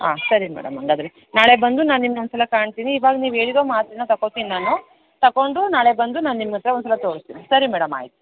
ಹಾಂ ಸರಿ ಮೇಡಮ್ ಹಾಗಾದ್ರೆ ನಾಳೆ ಬಂದು ನಾನು ನಿಮ್ನ ಒಂದು ಸಲ ಕಾಣ್ತೀನಿ ಇವಾಗ ನೀವು ಹೇಳಿರೋ ಮಾತ್ರೆನ ತಗೋತೀನಿ ನಾನು ತಗೊಂಡು ನಾಳೆ ಬಂದು ನಾನು ನಿಮ್ಮ ಹತ್ತಿರ ಒಂದು ಸಲ ತೋರಿಸ್ತೀನಿ ಸರಿ ಮೇಡಮ್ ಆಯಿತು